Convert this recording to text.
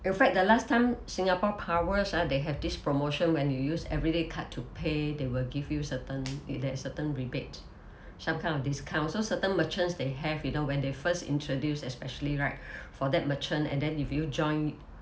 in fact the last time singapore powers ah and they have this promotion when you use everyday card to pay they will give you certain in that certain rebate some kind of discount certain merchants they have you know when they first introduced especially right for that merchant and then if you join